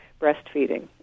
breastfeeding